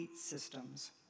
systems